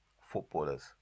footballers